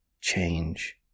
change